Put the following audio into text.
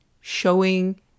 showing